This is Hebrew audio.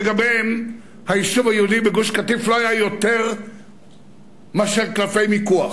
לגביהם היישוב היהודי בגוש-קטיף לא היה יותר מאשר קלפי מיקוח.